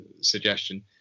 suggestion